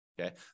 Okay